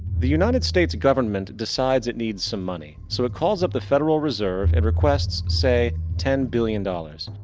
the united states government decides it needs some money. so it calls up the federal reserve and requests say ten billion dollars.